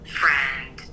friend